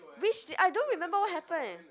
which I don't remember what happened